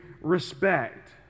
respect